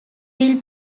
will